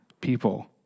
people